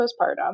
postpartum